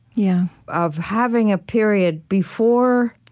yeah of having a period before